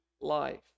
life